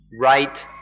right